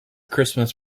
christmas